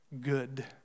good